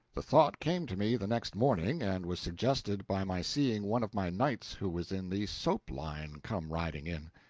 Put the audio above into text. the thought came to me the next morning, and was suggested by my seeing one of my knights who was in the soap line come riding in.